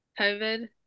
covid